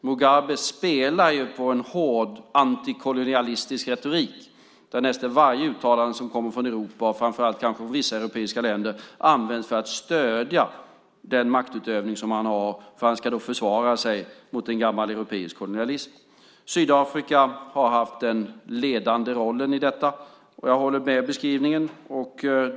Mugabe spelar ju på en hård antikolonialistisk retorik, där nästan varje uttalande som kommer från Europa, framför allt kanske från vissa europeiska länder, används för att stödja den maktutövning som han har - han ska då försvara sig mot en gammal europeisk kolonialism. Sydafrika har haft den ledande rollen i detta. Jag håller med om beskrivningen.